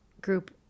group